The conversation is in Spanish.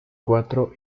cuarto